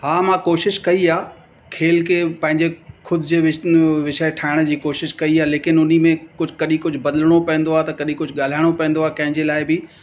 हा मां कोशिशि कई आहे खेल खे पंहिंजे ख़ुदि जे विष विषय ठाहिण जी कोशिशि कई आहे लेकिन उन में कुझु कॾहिं कुझु बदिलिणो पवंदो आहे त कॾहिं कुझु ॻाल्हाइणो पवंदो आहे कंहिंजे लाइ बि